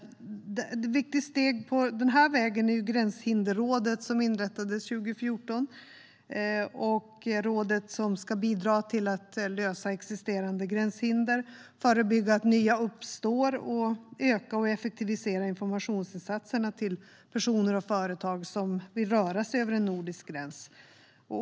Ett viktigt steg på denna väg är Gränshinderrådet som inrättades 2014. Rådet ska bidra till att lösa existerande gränshinder, förebygga att nya uppstår och öka och effektivisera informationsinsatserna till personer och företag som vill röra sig över en nordisk gräns.